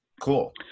Cool